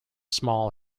small